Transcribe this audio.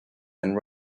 and